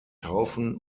taufen